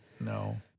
No